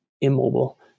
immobile